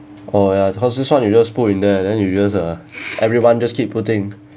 oh ya because this [one] you just put in there then you just ah everyone just keep putting